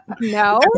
No